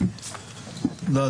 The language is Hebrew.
תודה.